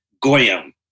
Goyim